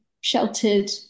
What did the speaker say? sheltered